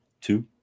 two